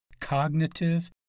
cognitive